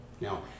Now